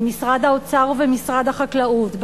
במשרד האוצר ובמשרד החקלאות,